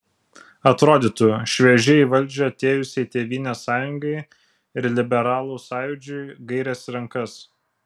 atrodytų šviežiai į valdžią atėjusiai tėvynės sąjungai ir liberalų sąjūdžiui gairės į rankas